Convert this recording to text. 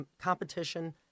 competition